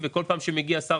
וכבר מתחילים לגזור